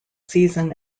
season